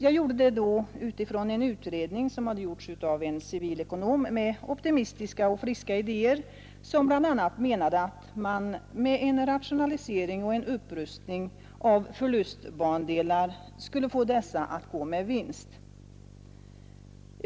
Jag gjorde det då utifrån en utredning som Nr 51 gjorts av en civilekonom med optimistiska och friska idéer. Han menade Onsdagen den bl.a. att man med en rationalisering och upprustning av förlustbandelar S april 1972 skulle få dessa att gå med vinst.